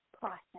process